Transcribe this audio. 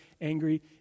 angry